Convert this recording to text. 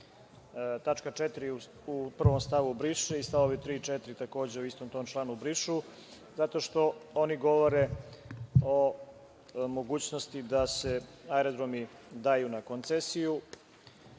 tačka 4) u prvom stavu briše i stavovi 3. i 4 takođe u istom tom članu brišu, jer oni govore o mogućnosti da se aerodromi daju na koncesiju,